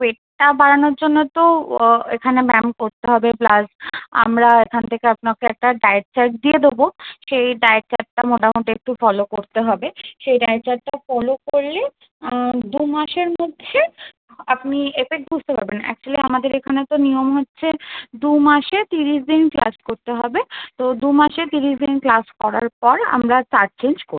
ওয়েটটা বাড়ানোর জন্য তো এখানে ব্যায়াম করতে হবে প্লাস আমরা এখান থেকে আপনাকে একটা ডায়েট চার্ট দিয়ে দেবো সেই ডায়েট চার্টটা মোটামুটি একটু ফলো করতে হবে সেই ডায়েট চার্টটা ফলো করলে দু মাসের মধ্যে আপনি এফেক্ট বুঝতে পারবেন অ্যাকচুয়ালি আমাদের এখানে তো নিয়ম হচ্ছে দু মাসে তিরিশ দিন ক্লাস করতে হবে তো দু মাসে তিরিশ দিন ক্লাস করার পর আমরা চার্ট চেঞ্জ করি